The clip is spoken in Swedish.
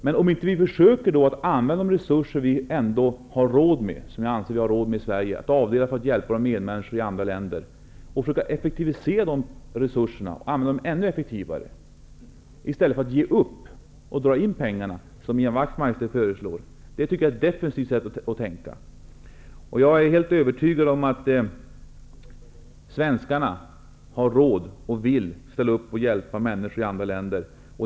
Vi måste försöka att effektivisera användningen av de resurser som vi anser att vi i Sverige har råd att avdela för att hjälpa medmänniskor i andra länder, i stället för att -- som Ian Wachtmeister föreslår -- ge upp och dra in anslagen. Jag anser att detta är ett defensivt tänkesätt. Jag är helt övertygad om att svenskarna har råd och att de vill ställa upp och hjälpa människor i andra länder.